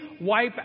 wipe